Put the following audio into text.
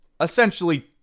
essentially